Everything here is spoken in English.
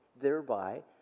thereby